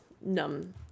numb